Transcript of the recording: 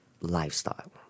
lifestyle